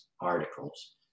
articles